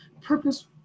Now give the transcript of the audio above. purpose